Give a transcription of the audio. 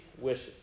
wishes